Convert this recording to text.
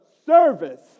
service